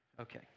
Okay